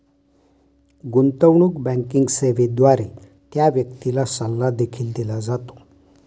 गुंतवणूक बँकिंग सेवेद्वारे त्या व्यक्तीला सल्ला देखील दिला जातो